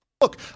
Look